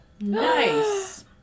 nice